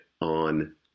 on